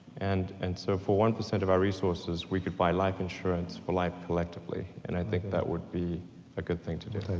and and so, for one percent of our resources we could buy life insurance for life collectively, and i think that would be a good thing to do.